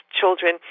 children